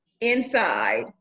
inside